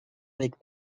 avec